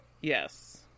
yes